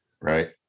right